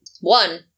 One